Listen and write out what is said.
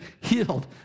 healed